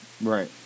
right